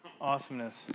awesomeness